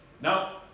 Now